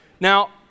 Now